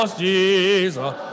Jesus